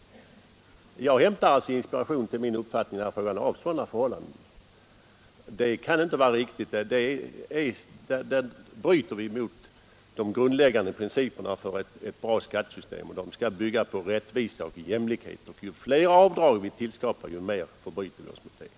Jag hämtar inspiration till min uppfattning i sådana förhållanden. Detta kan inte vara riktigt; vi bryter här mot de grundläggande principerna för ett bra skattesystem. Ett sådant skall byggas på rättvisa och jämlikhet, och ju fler avdrag vi tillskapar, desto mer bryter vi mot de principerna.